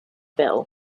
bill